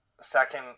second